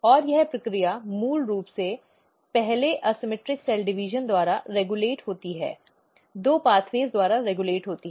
और यह प्रक्रिया मूल रूप से पहले असममित सेल डिवीजन द्वारा रेगुलेट होती है दो पेथ्वे द्वारा रेगुलेट होती है